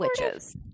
witches